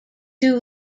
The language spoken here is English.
two